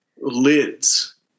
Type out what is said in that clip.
Lids